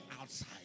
outside